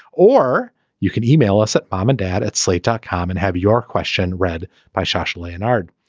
or you can email us at mom and dad at slate dot com and have your question read by shelley and ard.